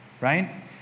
Right